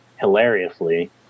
hilariously